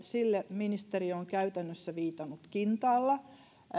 ministeriö on käytännössä viitannut kintaalla